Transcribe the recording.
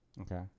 Okay